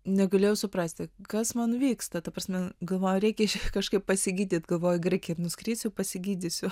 negalėjau suprasti kas man vyksta ta prasme galvoju reikia kažkaip pasigydyt galvoju graikiją ir nuskrisiu pasigydysiu